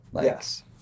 Yes